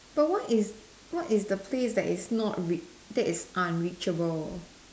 but what is what is the place that is not reach that is unreachable